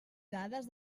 dades